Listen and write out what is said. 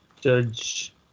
Judge